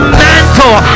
mantle